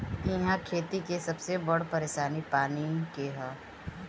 इहा खेती के सबसे बड़ परेशानी पानी के हअ